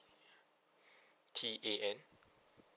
T A N